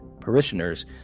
parishioners